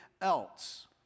else